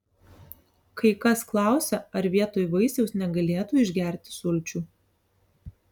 kai kas klausia ar vietoj vaisiaus negalėtų išgerti sulčių